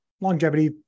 longevity